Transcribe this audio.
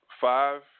five